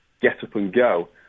get-up-and-go